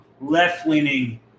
left-leaning